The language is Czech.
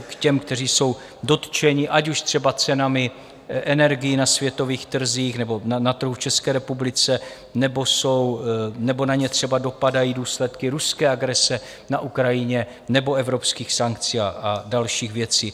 Těm, kteří jsou dotčeni, ať už třeba cenami energií na světových trzích, nebo na trhu v České republice, nebo na ně třeba dopadají důsledky ruské agrese na Ukrajině nebo evropských sankcí a dalších věcí.